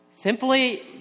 Simply